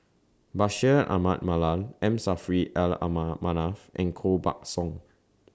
Bashir Ahmad Mallal M Saffri Ala Manaf and Koh Buck Song